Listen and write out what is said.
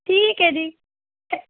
ਠੀਕ ਹੈ ਜੀ